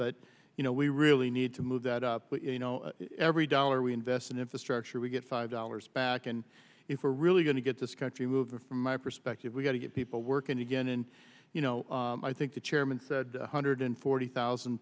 but you know we really need to move that up but you know every dollar we invest in infrastructure we get five dollars back and if we're really going to get this country moving from my perspective we've got to get people working again and you know i think the chairman said one hundred forty thousand